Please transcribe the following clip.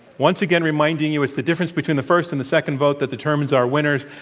once again, reminding you, it's the difference between the first and the second vote that determines our winners.